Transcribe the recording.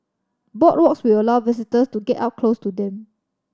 boardwalks will allow visitors to get up close to them